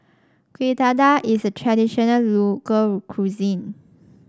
Kueh Dadar is a traditional local cuisine